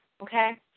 okay